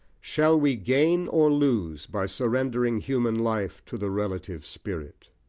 shall we gain or lose by surrendering human life to the relative spirit?